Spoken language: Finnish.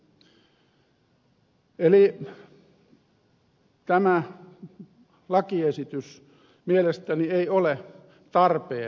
eli tämä lakiesitys mielestäni ei ole tarpeen